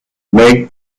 make